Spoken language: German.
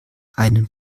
einen